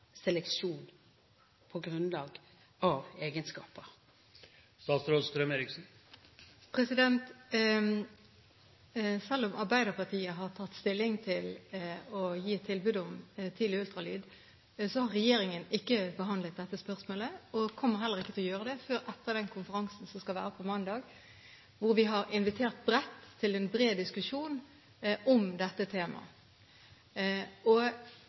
seleksjon på grunnlag av egenskaper? Selv om Arbeiderpartiet har tatt stilling til å gi tilbud om tidlig ultralyd, har regjeringen ikke behandlet dette spørsmålet – og kommer heller ikke til å gjøre det – før etter den konferansen som skal være på mandag, hvor vi har invitert vidt til en bred diskusjon om dette temaet.